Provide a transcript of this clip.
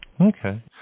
okay